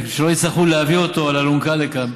שלא יצטרכו להביא אותו על אלונקה לכאן,